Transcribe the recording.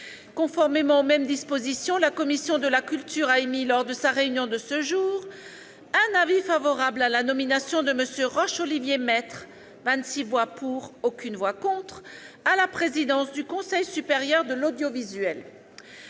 conformément aux mêmes dispositions, la commission de la culture a émis, lors de sa réunion de ce jour, un avis favorable à la nomination de M. Roch-Olivier Maistre- 26 voix pour, aucune voix contre -à la présidence du Conseil supérieur de l'audiovisuel.